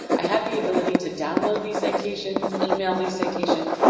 i have the ability to download these citations, email these citations,